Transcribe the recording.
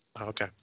Okay